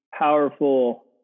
powerful